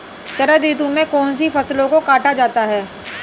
शरद ऋतु में कौन सी फसलों को काटा जाता है?